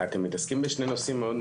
אתם מתעסקים בשני נושאים מאוד,